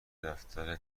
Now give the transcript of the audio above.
دفتر